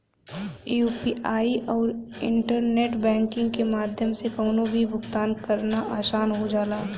UPI आउर internet banking के माध्यम से कउनो भी भुगतान करना आसान हो जाला